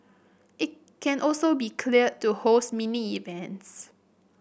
it can also be cleared to host mini events